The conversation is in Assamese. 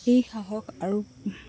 সেই সাহস আৰু